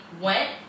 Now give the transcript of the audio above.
went